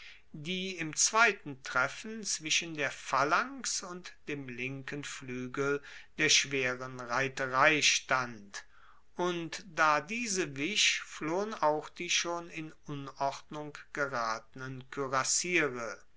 die im zweiten treffen zwischen der phalanx und dem linken fluegel der schweren reiterei stand und da diese wich flohen auch die schon in unordnung geratenen